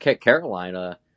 Carolina